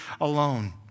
alone